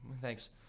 Thanks